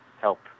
help